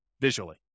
visually